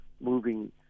moving